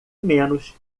menos